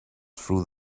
through